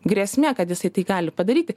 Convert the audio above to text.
grėsmė kad jisai tai gali padaryti